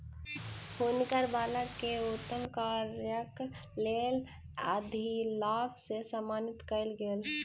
हुनकर बालक के उत्तम कार्यक लेल अधिलाभ से सम्मानित कयल गेल